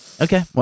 Okay